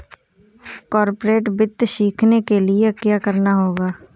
corporate वित्त सीखने के लिया क्या करना होगा